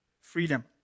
freedom